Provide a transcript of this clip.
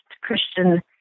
Christian